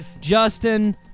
Justin